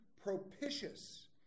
propitious